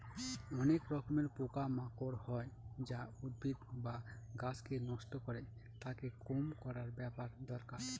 অনেক রকমের পোকা মাকড় হয় যা উদ্ভিদ বা গাছকে নষ্ট করে, তাকে কম করার ব্যাপার দরকার